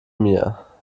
mir